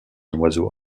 oiseau